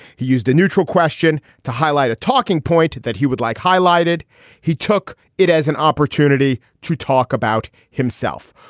he used a neutral question to highlight a talking point that he would like highlighted he took it as an opportunity to talk about himself.